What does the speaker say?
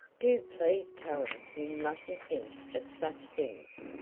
do please tell him he mustn't think of such things.